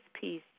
peace